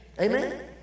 Amen